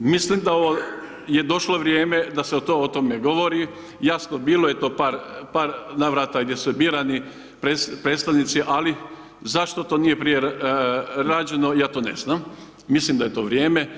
Mislim da ovo je došlo vrijeme da se to o tom ne govori, jasno, bilo je to par navrata gdje su birani predstavnici, ali zašto to nije prije rađeno, ja to ne znam, mislim da je to vrijeme.